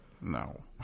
No